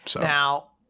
Now